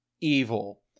evil